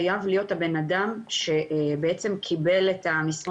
חייב להיות הבנאדם שקיבל את המסרון.